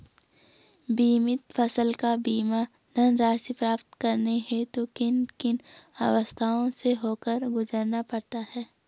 बीमित फसल का बीमा धनराशि प्राप्त करने हेतु किन किन अवस्थाओं से होकर गुजरना पड़ता है?